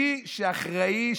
מי שאחראי,